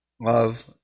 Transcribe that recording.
love